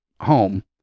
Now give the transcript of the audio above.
home